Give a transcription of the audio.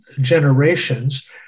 generations